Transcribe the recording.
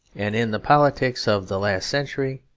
and in the politics of the last century,